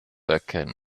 erkennen